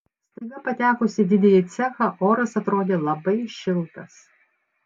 staiga patekus į didįjį cechą oras atrodė labai šiltas